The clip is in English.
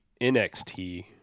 NXT